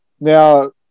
now